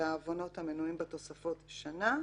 ובעבירה מסוג עוון המנויה בתוספת ראשונה א' או בתוספת ראשונה ג' שנה,